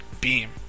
beam